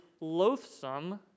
loathsome